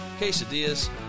quesadillas